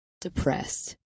depressed